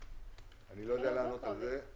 אני לא יודע לענות על זה.